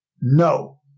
no